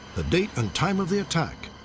the date and time of the attack.